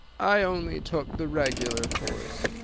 i only took the regular course.